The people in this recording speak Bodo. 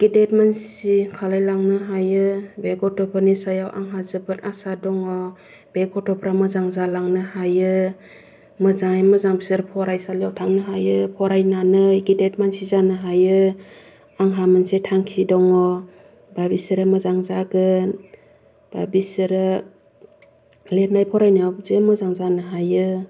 गिदिर मानसि खालामलांनो हायो बे गथ'फोरनि सायाव आंहा जोबोद आसा दङ बे गथ'फ्रा मोजां जालांनो हायो मोजाङै मोजां बिसोर फरायसालिआव थांनो हायो फरायनानै गिदिर मानसि जानो हायो आंहा मोनसे थांखि दङ दा बिसोरो मोजां जागोन दा बिसोरो लिरनाय फरायनाय बिदिनो मोजां जानो हायो